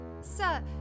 sir